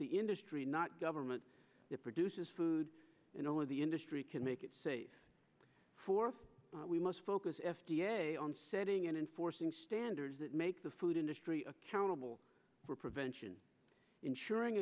the industry not government that produces food and all of the industry can make it safe for we must focus f d a on setting and enforcing standards that make the food industry accountable for prevention ensuring